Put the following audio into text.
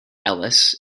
ellis